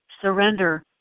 surrender